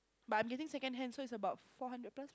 but I'm getting secondhand so it's about four hundred plus